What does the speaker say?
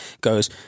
goes